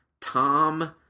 Tom